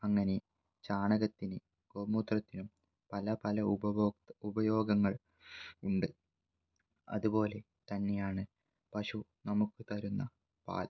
അങ്ങനെ ചാണകത്തിന് ഗോമൂത്രത്തിനും പല പല ഉപഭോക് ഉപയോഗങ്ങൾ ഉണ്ട് അതുപോലെ തന്നെയാണ് പശു നമുക്ക് തരുന്ന പാൽ